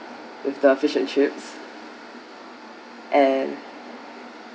with the fish and chip and